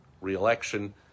reelection